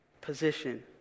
position